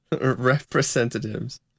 Representatives